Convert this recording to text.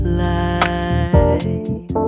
light